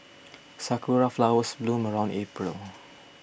sakura flowers bloom around April